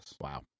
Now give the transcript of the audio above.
Wow